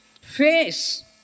Face